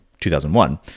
2001